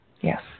Yes